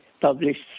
published